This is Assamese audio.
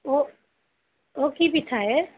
ঔ ঔ কি পিঠা হে